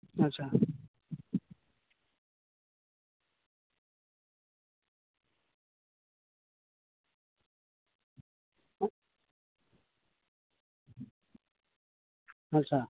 ᱟᱪᱪᱷᱟ ᱟᱪᱪᱷᱟ